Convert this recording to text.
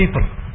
people